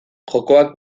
jokoak